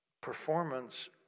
Performance